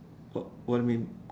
what what you mean